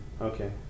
Okay